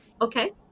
Okay